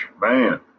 man